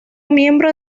miembro